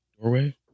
doorway